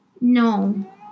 no